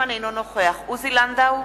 אינו נוכח עוזי לנדאו,